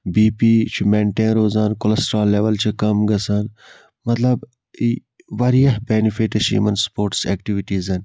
B P چھُ maintain روزان cholesterol level چھِ کم گَژھان مَطلَب واریاہ بیٚنِفٹس چھِ یِمَن سپوٹس ایٚکٹِوِٹیٖزَن